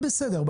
בסדר,